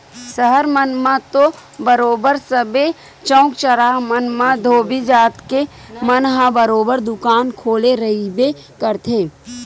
सहर मन म तो बरोबर सबे चउक चउराहा मन म धोबी जात के मन ह बरोबर दुकान खोले रहिबे करथे